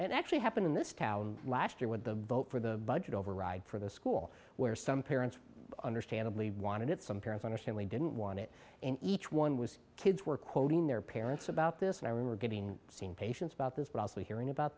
it actually happened in this town last year with the vote for the budget override for the school where some parents understandably wanted it some parents understand we didn't want it and each one was kids were quoting their parents about this and i were getting seen patients about this but also hearing about